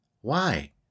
Why